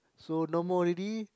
so no more already